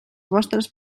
vostres